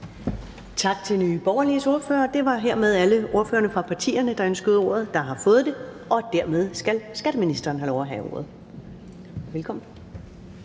Tak til Nye Borgerliges ordfører. Hermed har alle ordførerne fra partierne, der ønskede ordet, fået det. Og dermed skal skatteministeren have lov at have ordet. Velkommen.